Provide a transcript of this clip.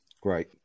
Great